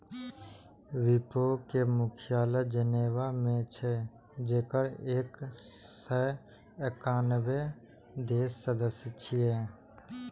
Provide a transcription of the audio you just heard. विपो के मुख्यालय जेनेवा मे छै, जेकर एक सय एकानबे देश सदस्य छियै